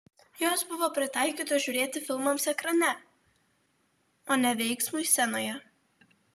jos buvo pritaikytos žiūrėti filmams ekrane o ne veiksmui scenoje